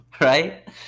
right